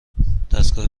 دستگاه